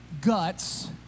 guts